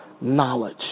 knowledge